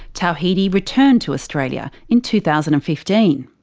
tawhidi returned to australia in two thousand and fifteen.